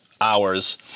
hours